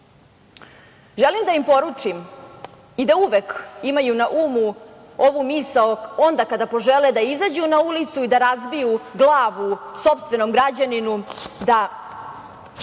poena. Želim da im poručim i da uvek imaju na umu ovu misao onda kada požele da izađu na ulicu i da razbiju glavu sopstvenom građaninu, da